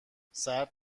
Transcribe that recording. سرد